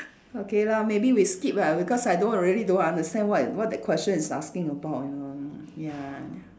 okay lah maybe we skip lah because I don't really don't understand what what that question is asking about you know ya